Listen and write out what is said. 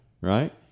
Right